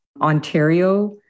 Ontario